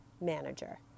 manager